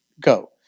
go